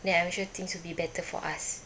then I'm sure things will be better for us